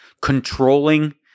controlling